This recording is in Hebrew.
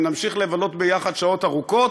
ונמשיך לבלות יחד שעות ארוכות,